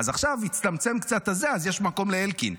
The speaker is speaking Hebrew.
עכשיו הצטמצם קצת, אז יש מקום לאלקין.